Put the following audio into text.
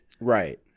Right